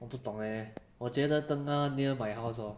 我不懂 eh 我觉得 tengah near my house lor